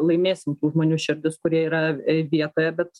laimėsim tų žmonių širdis kurie yra vietoje bet